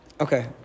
Okay